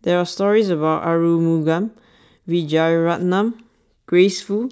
there are stories about Arumugam Vijiaratnam Grace Fu